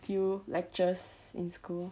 few lectures in school